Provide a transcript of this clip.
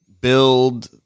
build